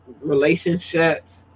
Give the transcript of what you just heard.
relationships